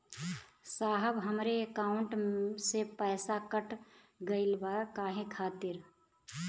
साहब हमरे एकाउंट से पैसाकट गईल बा काहे खातिर?